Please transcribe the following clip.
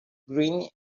green